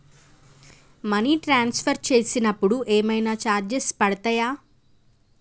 Money transfer చేసినప్పుడు ఏమైనా charges పడతయా?